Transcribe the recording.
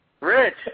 Rich